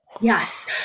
Yes